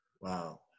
Wow